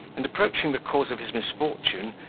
and, approaching the cause of his misfortune,